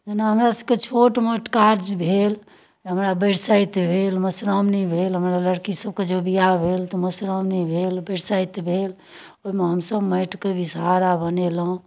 जेना हमरा सबके छोट मोट काज भेल हमरा बरसाइत भेल मधुश्रावणी भेल हमरा लड़की सबके जे बिवाह भेल तऽ मधुश्रावणी भेल बरसाइत भेल ओइमे हमसब माटिके विषहरा बनेलहुँ